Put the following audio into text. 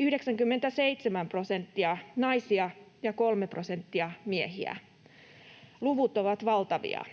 oli 97 prosenttia naisia ja 3 prosenttia miehiä. Luvut ovat valtavia.